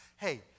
Hey